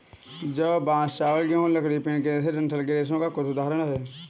जौ, बांस, चावल, गेहूं, लकड़ी, पेड़ के रेशे डंठल के रेशों के कुछ उदाहरण हैं